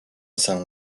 salon